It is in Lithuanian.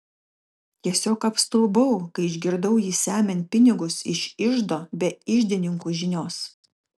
tiesiog apstulbau kai išgirdau jį semiant pinigus iš iždo be iždininkų žinios